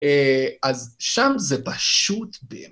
אז שם זה פשוט באמת.